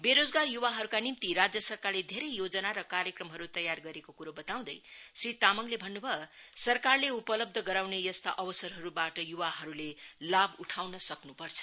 बेरोजगार युवाहरूका निम्ति राज्य सरकारले धेरै योजना र कार्यक्रमहरू तयार गरेको क्रो बताउँदै श्री तामाङले भन्नुभयो सरकारले उपलब्ध गराउने यस्ता अवसरहरूबाट युवाहरूले लाभ उठाउन सक्नुपर्छ